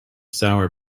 sour